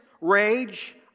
rage